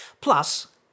Plus